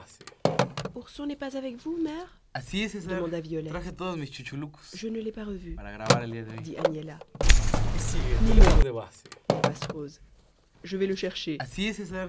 ourson n'est pas avec vous mère demanda violette je ne l'ai pas revu dit agnella ni moi dit passerose je vais le chercher